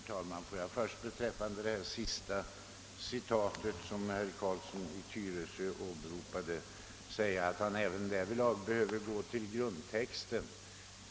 Herr talman! Får jag först beträffande det sista citatet som herr Carlsson i Tyresö åberopade säga att han även därvidlag behöver gå till grundtexten.